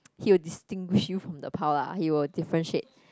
he will distinguish you from the pile lah he will differentiate